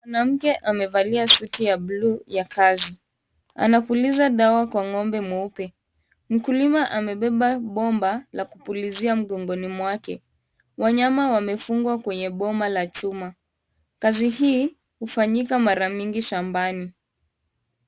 Mwanamke amevalia suti ya blue ya kazi. Anapuliza dawa kwa ng'ombe mweupe. Mkulima amebeba bomba la kupulizia mgongoni mwake. Wanyama wamefungwa kwenye boma la chuma. Kazi hii hufanyika mara mingi shambani.